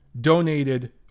donated